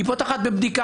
והוא פותח בבדיקה,